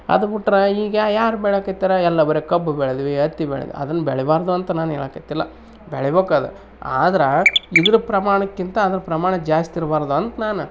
ಅದು ಬುಟ್ರೆ ಈಗ ಯಾರು ಬೆಳ್ಯೊಕ್ ಇತ್ತರ ಎಲ್ಲಾ ಬರಿ ಕಬ್ಬು ಬೆಳೆದ್ವಿ ಹತ್ತಿ ಬೆಳ್ದು ಅದನ್ನು ಬೆಳಿಬಾರದು ಅಂತ ನಾನು ಹೇಳಾಕತಿಲ್ಲ ಬೆಳಿಬೇಕ್ ಅದ ಆದ್ರೆ ಇದ್ರ ಪ್ರಮಾಣಕ್ಕಿಂಥ ಅದ್ರ ಪ್ರಮಾಣ ಜಾಸ್ತಿ ಇರ್ಬಾರ್ದು ಅಂತ ನಾನು